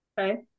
Okay